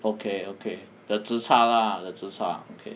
okay okay the zi char lah the zi char